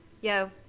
yo